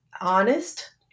honest